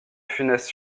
funeste